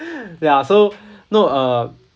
ya so no uh